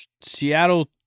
Seattle